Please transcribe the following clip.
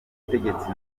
butegetsi